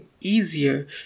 easier